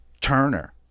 Turner